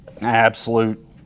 Absolute